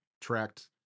tracked